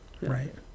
Right